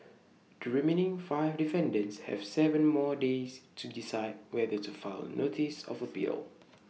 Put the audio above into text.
the remaining five defendants have Seven more days to decide whether to file A notice of appeal